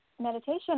meditation